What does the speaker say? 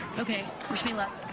okay. wish me luck.